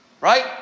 Right